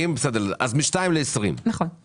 ל-20 מיליון